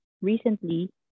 recently